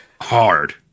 Hard